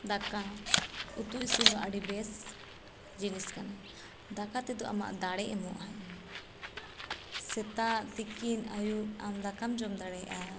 ᱫᱟᱠᱟ ᱩᱛᱩ ᱤᱥᱤᱱ ᱫᱚ ᱟᱹᱰᱤ ᱵᱮᱥ ᱡᱤᱱᱤᱥ ᱠᱟᱱᱟ ᱫᱟᱠᱟ ᱛᱮᱫᱚ ᱟᱢᱟᱜ ᱫᱟᱲᱮ ᱮᱢᱚᱜᱼᱟᱭ ᱥᱮᱛᱟᱜ ᱛᱤᱠᱤᱱ ᱟᱹᱭᱩᱵ ᱟᱢ ᱫᱟᱠᱟᱢ ᱡᱚᱢ ᱫᱟᱲᱮᱭᱟᱜᱼᱟ